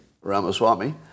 Ramaswamy